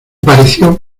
pareció